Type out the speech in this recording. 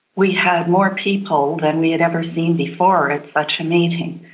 we had more people than we had ever seen before at such a meeting.